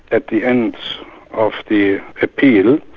at the end of the appeal,